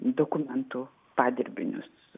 dokumentų padirbinius